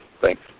Thanks